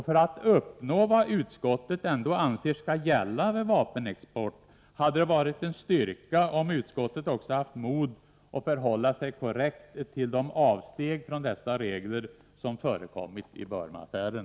För att uppnå vad utskottet ändå anser skall gälla vid vapenexport hade det varit en styrka om utskottet också haft mod att förhålla sig korrekt till de avsteg från dessa regler som förekommit i Burma-affären.